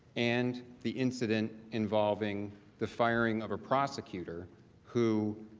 and the incident involving the firing of a prosecutor who